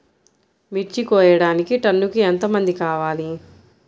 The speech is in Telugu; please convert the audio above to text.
మిర్చి కోయడానికి టన్నుకి ఎంత మంది కావాలి?